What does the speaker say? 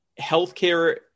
healthcare